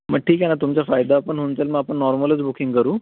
मग ठीक आहे ना तुमचा फायदा पण होऊन जाईल मग आपण नॉर्मलच बुकिंग करू